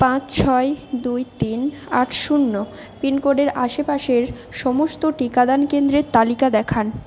পাঁচ ছয় দুই তিন আট শূন্য পিনকোডের আশেপাশের সমস্ত টিকাদান কেন্দ্রের তালিকা দেখান